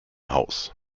haus